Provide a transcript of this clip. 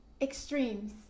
Extremes